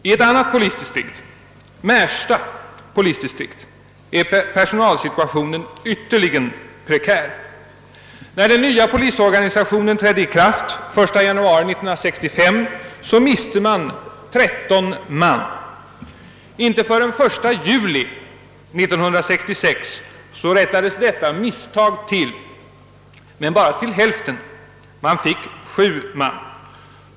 I ett annat polisdistrikt, Märsta, är personalsituationen ytterligt prekär. När den nya polisorganisationen trädde i kraft den 1 januari 1965, miste man 13 man. Inte förrän den 1 juli 1966 rättades detta misstag till, men bara till hälften; man fick sju man.